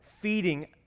feeding